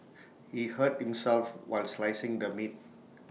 he hurt himself while slicing the meat